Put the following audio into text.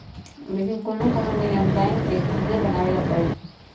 लेकिन कोनो कोनो नियम बैंक के खुदे बनावे ला परलई